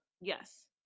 Yes